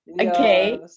okay